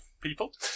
people